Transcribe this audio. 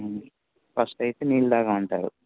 first అయితే నీళ్ళు తాగాలి అంటారు